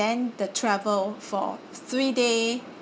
then the travel for three day